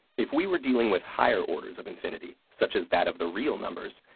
if we were dealing with higher orders of infinity, such as that of the real numbers,